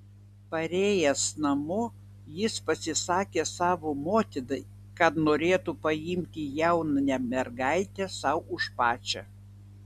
parėjęs namo jis pasisakė savo motinai kad norėtų paimti jaunę mergaitę sau už pačią